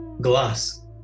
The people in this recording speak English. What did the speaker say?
glass